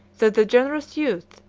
that the generous youth,